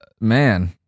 man